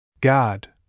God